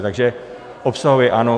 Takže obsahově ano.